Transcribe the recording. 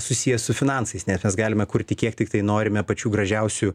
susijęs su finansais nes mes galime kurti kiek tiktai norime pačių gražiausių